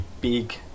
big